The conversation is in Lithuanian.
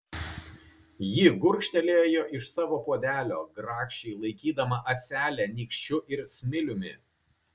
ji gurkštelėjo iš savo puodelio grakščiai laikydama ąselę nykščiu ir smiliumi